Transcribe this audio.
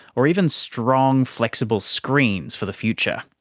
or even strong flexible screens for the future.